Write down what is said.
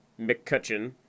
McCutcheon